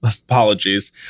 apologies